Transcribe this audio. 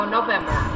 November